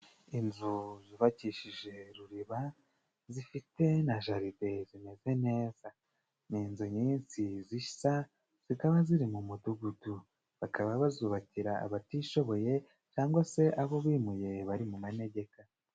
Inzu zubakishije ruriba zifite na jaride zimeze neza, n'inzu nyinshi zisa zikaba ziri mu mudugudu, bakaba bazubakira abatishoboye cyangwa se abo bimuye bari mu manegeka.